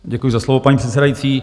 Děkuji za slovo, paní předsedající.